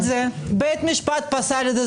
בית המשפט פסל את זה.